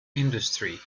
industry